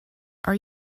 are